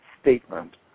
statement